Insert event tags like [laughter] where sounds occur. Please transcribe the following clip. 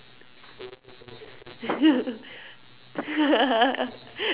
[laughs]